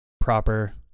proper